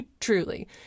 truly